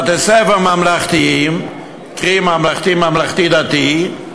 בתי-ספר ממלכתיים, קרי ממלכתיים וממלכתיים-דתיים,